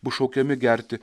bus šaukiami gerti